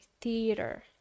theater